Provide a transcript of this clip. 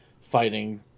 fighting